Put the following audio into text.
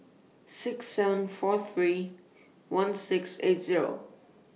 six seven four three one six eight Zero